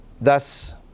Thus